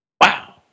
Wow